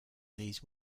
these